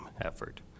effort